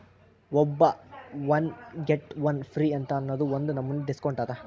by one get one free ಅಂತ್ ಅನ್ನೂದು ಒಂದ್ ನಮನಿ ಡಿಸ್ಕೌಂಟ್ ಅದ